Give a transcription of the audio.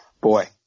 Boy